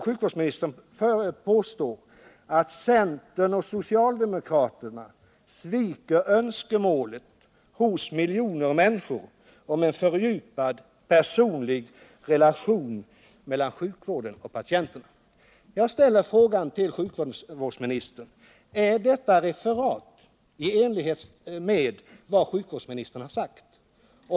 Sjukvårdsministern påstod därvid att centern och socialdemokraterna sviker önskemålet hos miljoner människor om en fördjupad personlig relation mellan sjukvården och patienterna. Jag ställer frågan till sjukvårdsministern: Är detta referat i enlighet med vad sjukvårdsministern har sagt?